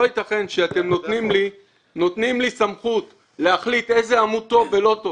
לא יתכן שאתם נותנים לי סמכות להחליט איזה עמוד טוב ולא טוב